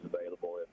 available